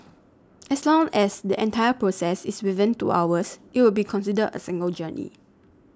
as long as the entire process is within two hours it will be considered a single journey